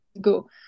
go